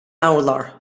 urlár